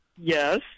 Yes